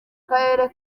karere